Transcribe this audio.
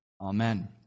Amen